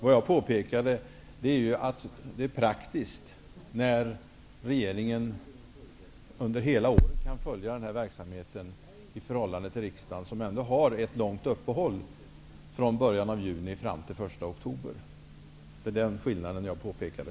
Vad jag påpekade var att det är praktiskt att regeringen under hela året kan följa denna verksamhet till skillnad från riksdagen som ändå har ett långt uppehåll från början av juni fram till början av oktober. Det är den skillnaden som jag påpekade.